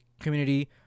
community